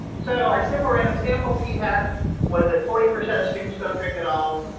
so our simple random sample p hat was it forty percent of students don't drink at all.